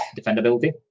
defendability